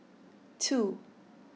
two